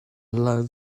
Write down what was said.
learn